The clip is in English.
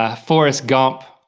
ah forrest gump,